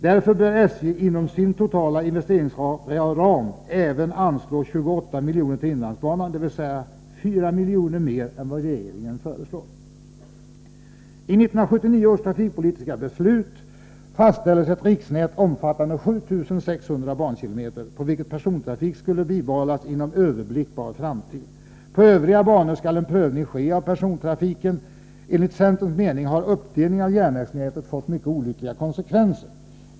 Därför bör SJ inom sin totala investeringsram även anslå 28 milj.kr. till inlandsbanan, dvs. 4 milj.kr. mer än vad regeringen föreslår. I 1979 års trafikpolitiska beslut fastställdes ett riksnät, omfattande 7 600 bankilometer, på vilket persontrafik skall behållas inom överblickbar framtid. På övriga banor skall en prövning ske av persontrafiken. Enligt centerns mening har uppdelningen av järnvägsnätet fått mycket olyckliga konsekvenser.